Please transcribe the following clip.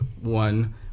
one